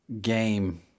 game